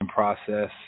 process